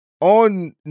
on